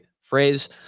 phrase